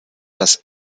das